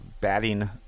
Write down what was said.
batting